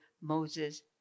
Moses